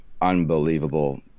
unbelievable